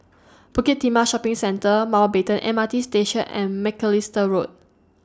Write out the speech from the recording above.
Bukit Timah Shopping Centre Mountbatten M R T Station and Macalister Road